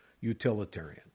utilitarian